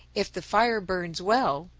if the fire burns well,